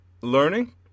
learning